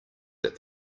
that